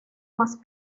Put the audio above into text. más